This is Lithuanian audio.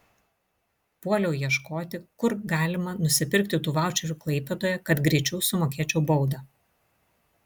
puoliau ieškoti kur galima nusipirkti tų vaučerių klaipėdoje kad greičiau sumokėčiau baudą